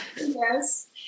Yes